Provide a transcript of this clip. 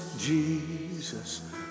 Jesus